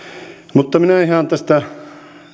mutta minä ihan tästä